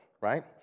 right